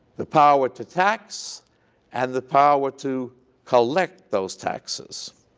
the power to tax and the power to collect those taxes.